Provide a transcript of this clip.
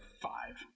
five